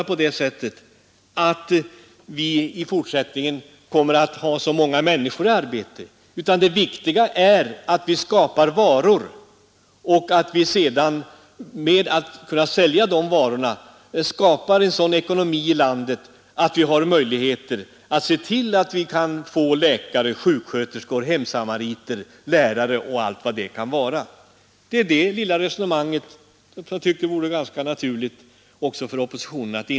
Jag säger detta mot bakgrunden av att den gemensamma reservationen i utskottet i vissa sammanhang spelats upp som något slags plattform för den ekonomiska politik som en borgerlig regering skall bedriva. Men det är en plattform med många gapande hål. Till att börja med kunde man få den uppfattningen att det olyckligtvis fallit bort vissa sidor i reservationen.